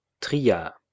tria